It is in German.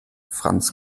franz